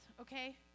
okay